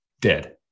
dead